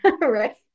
right